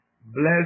bless